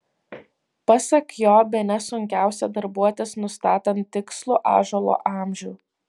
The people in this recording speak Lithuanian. pasak jo bene sunkiausia darbuotis nustatant tikslų ąžuolo amžių